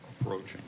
approaching